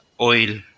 oil